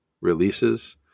releases